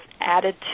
added